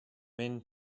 men